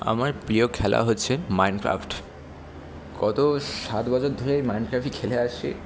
আমার প্রিয় খেলা হচ্ছে মাইনক্রাফট গত সাত বছর ধরে এই মাইন্ডক্রাফটই খেলে আসছি